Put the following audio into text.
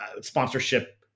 sponsorship